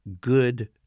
good